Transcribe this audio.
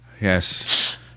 Yes